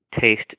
taste